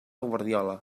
guardiola